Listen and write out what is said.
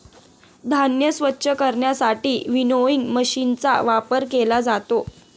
धान्य स्वच्छ करण्यासाठी विनोइंग मशीनचा वापर केला जातो